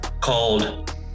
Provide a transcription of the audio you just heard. called